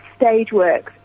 Stageworks